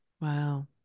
Wow